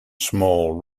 small